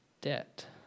debt